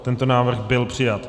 Tento návrh byl přijat.